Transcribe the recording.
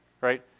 right